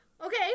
Okay